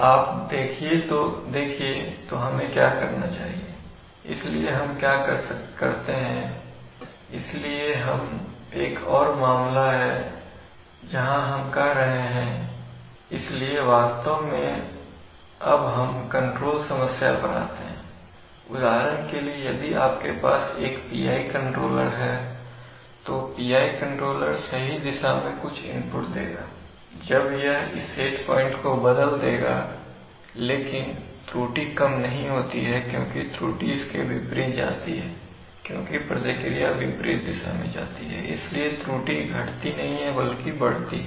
आप देखिए तो हमें क्या करना चाहिए इसलिए हम क्या करते हैं इसलिए यह एक और मामला है जहां हम कह रहे हैं इसलिए वास्तव में अब हम कंट्रोल समस्या पर आते हैं उदाहरण के लिए यदि आपके पास एक PI कंट्रोलर है तो PI कंट्रोलर सही दिशा में कुछ इनपुट देगा जब यह इस सेट पॉइंट को बदल देगा लेकिन त्रुटि कम नहीं होती है क्योंकि त्रुटि इसके विपरीत जाती है क्योंकि प्रतिक्रिया विपरीत दिशा में जाती है इसलिए त्रुटि घटती नहीं है बल्कि बढ़ती है